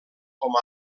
com